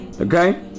Okay